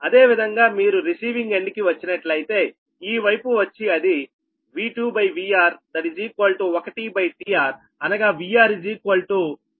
అదేవిధంగా మీరు receiving end కి వచ్చినట్లయితే ఈ వైపు వచ్చి అది V2VR1tRఅనగా VRyour tRV2